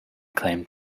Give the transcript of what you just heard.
claimed